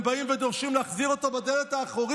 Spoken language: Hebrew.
אתם באים ודורשים להחזיר אותו בדלת האחורית.